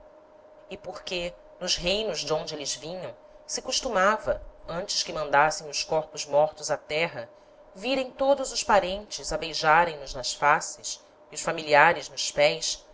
e porque nos reinos d'onde êles vinham se costumava antes que mandassem os corpos mortos á terra virem todos os parentes a beijarem nos nas faces e os familiares nos pés